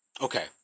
Okay